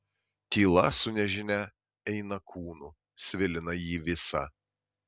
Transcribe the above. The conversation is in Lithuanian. tyla su nežinia eina kūnu svilina jį visą